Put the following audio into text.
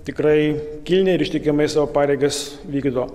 tikrai kilniai ir ištikimai savo pareigas vykdo